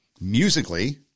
musically